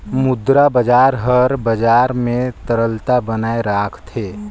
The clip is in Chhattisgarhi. मुद्रा बजार हर बजार में तरलता बनाए राखथे